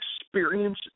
experience